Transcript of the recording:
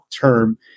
term